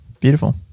beautiful